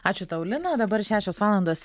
ačiū tau lina dabar šešios valandos